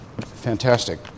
fantastic